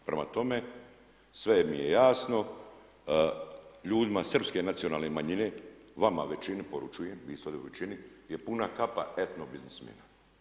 Prema tome, sve mi je jasno, ljudima Srpske nacionalne manjine, vama većini poručujem, vi ste ovdje u većini je puna kapa etno biznismena.